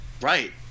right